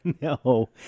No